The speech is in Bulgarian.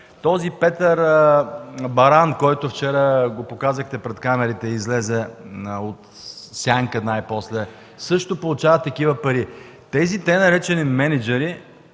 Петер Баран, когото вчера показахте пред камерите, излезе от сянката най-после, също получава такива пари. Тези така наречени „мениджъри”